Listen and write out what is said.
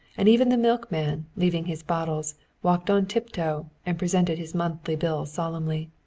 and even the milkman leaving his bottles walked on tiptoe and presented his monthly bill solemnly.